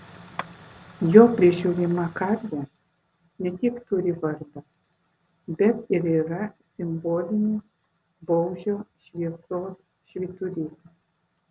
jo prižiūrima karvė ne tik turi vardą bet ir yra simbolinis baužio šviesos švyturys